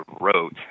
wrote